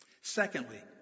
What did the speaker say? Secondly